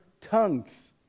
tongues